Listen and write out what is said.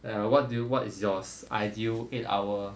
and what do you what is yours ideal eight hour